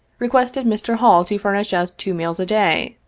requested mr. hall to fur nish us two meals a day,